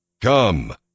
Come